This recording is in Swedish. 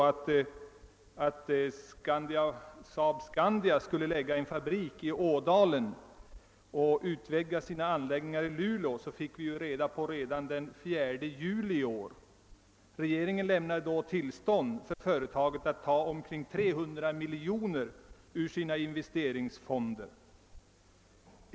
Att SAAB-Scania skulle lägga en fabrik i Ådalen och utvidga sina anläggningar i Luleå fick vi reda på redan den 4 juli i år. Regeringen lämnade då tillstånd för företaget att ta i anspråk omkring 300 miljoner kronor ur sina investeringsfonder.